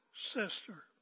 sister